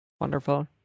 wonderful